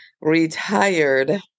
retired